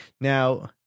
now